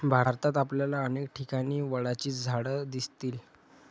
भारतात आपल्याला अनेक ठिकाणी वडाची झाडं दिसतील